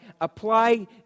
apply